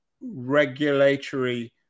regulatory